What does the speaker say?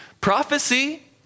prophecy